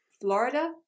Florida